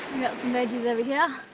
veggies over here.